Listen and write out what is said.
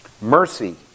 Mercy